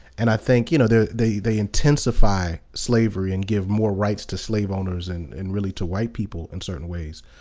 and i think, you know, they they intensify slavery and give more rights to slave owners and and really to white people in certain ways.